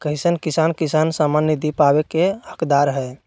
कईसन किसान किसान सम्मान निधि पावे के हकदार हय?